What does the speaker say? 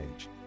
age